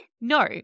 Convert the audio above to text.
No